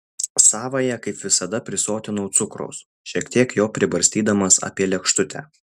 savąją kaip visada prisotinau cukraus šiek tiek jo pribarstydamas apie lėkštutę